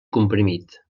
comprimit